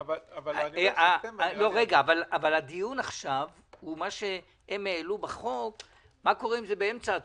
אבל הדיון עכשיו זה מה קורה אם זה באמצע התקופה.